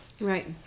Right